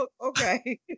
Okay